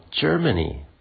Germany